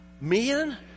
men